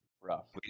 rough